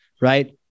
right